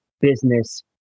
business